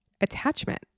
attachment